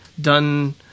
done